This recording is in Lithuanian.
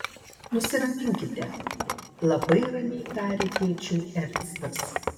nusiraminkite labai ramiai tarė tėčiui ernstas